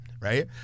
right